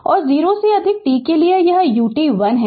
और 0 से अधिक t के लिए यह ut 1 है